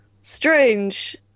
Strange